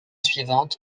suivante